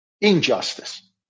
injustice